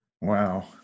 Wow